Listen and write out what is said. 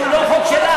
שהוא לא חוק שלך,